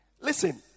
listen